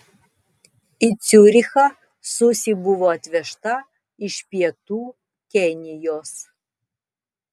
į ciurichą susi buvo atvežta iš pietų kenijos